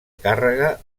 càrrega